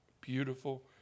beautiful